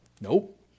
Nope